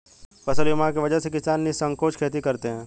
फसल बीमा की वजह से किसान निःसंकोच खेती करते हैं